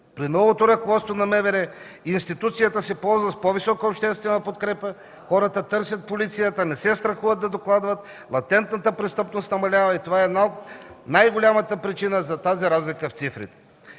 При новото ръководство на МВР институцията се ползва с по-висока обществена подкрепа, хората търсят полицията, не се страхуват да докладват, латентната престъпност намалява и това е най-голямата причина за тази разлика в цифрите.